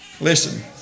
Listen